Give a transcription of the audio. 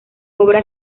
obra